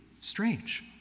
strange